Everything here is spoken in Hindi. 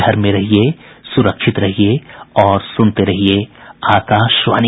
घर में रहिये सुरक्षित रहिये और सुनते रहिये आकाशवाणी